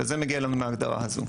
וזה מגיע לנו מההגדרה הזו.